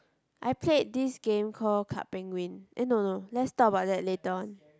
I played this game call Club Penguin eh no no let's talk that later on